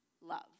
love